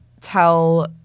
tell